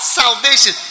salvation